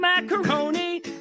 macaroni